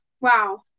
Wow